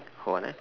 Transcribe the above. hold on